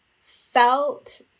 felt